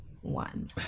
one